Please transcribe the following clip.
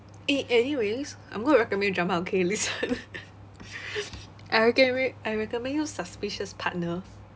eh anyways I'm going to recommend you drama okay listen I recommend I recommend you suspicious partner